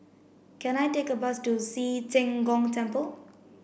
can I take a bus to Ci Zheng Gong Temple